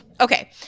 Okay